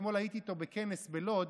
אתמול הייתי איתו בכנס בלוד,